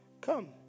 come